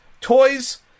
toys